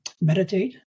meditate